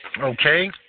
okay